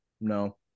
No